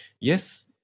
Yes